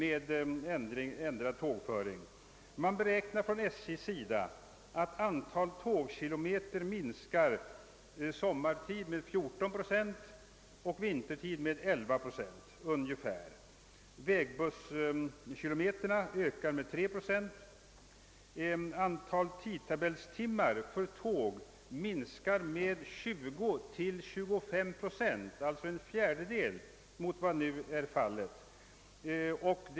SJ beräknar att den ungefärliga minskningen i antalet tågkilometer sommartid blir 14 procent och under vintertid 11 procent. Antalet vägbusskilometer beräknas öka med 3 procent medan antalet tidtabellstimmar för tåg förutsätts minska med 20—25 procent, alltså med upp till en fjärdedel av vad som nu förekommer.